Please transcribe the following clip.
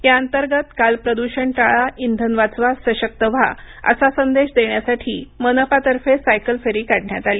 या अंतर्गत काल प्रद्षण टाळा इंधन वाचवा सशक्त व्हा असा संदेश देण्यासाठी मनपातर्फे सायकल फेरी काढण्यात आली